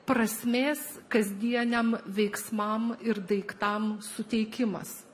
prasmės kasdieniam veiksmam ir daiktam suteikimas